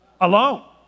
alone